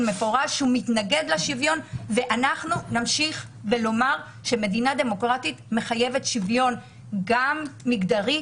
מפורש ואנחנו נמשיך לומר שמדינה דמוקרטית מחייבת שוויון מגדרי,